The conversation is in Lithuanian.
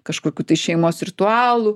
kažkokių tai šeimos ritualų